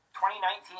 2019